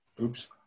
Oops